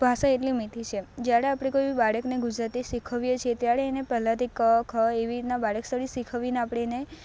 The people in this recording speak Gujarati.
ભાષા એટલી મીઠી છે જ્યારે આપણે કોઈ બી બાળકને ગુજરાતી શિખવીએ છે ત્યારે એને પેલા થી ક ખ એવી રીતના બારાક્ષરી શિખવીને આપણે એને